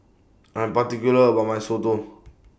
I'm particular about My Soto